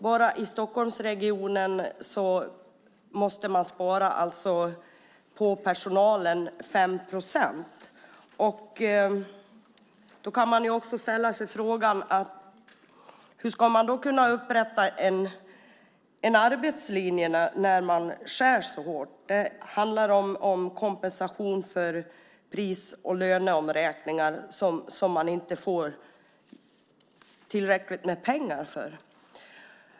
Bara i Stockholmsregionen måste man spara 5 procent på personalen. Då inställer sig frågan: Hur ska man kunna upprätta en arbetslinje när man skär ned så hårt? Det handlar om kompensation för pris och löneuppräkningar som man inte får tillräckligt med pengar för.